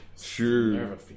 Sure